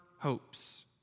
hopes